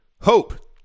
hope